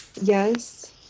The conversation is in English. Yes